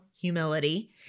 humility